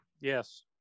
yes